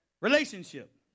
Relationship